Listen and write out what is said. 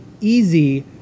easy